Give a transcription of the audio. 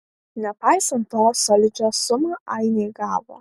nepaisant to solidžią sumą ainiai gavo